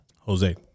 Jose